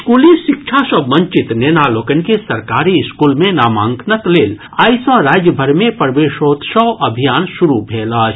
स्कूली शिक्षा सँ वंचित नेना लोकनि के सरकारी स्कूल मे नामांकनक लेल आइ सँ राज्य भरि मे प्रवेशोत्सव अभियान शुरू भेल अछि